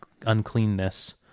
uncleanness